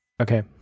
Okay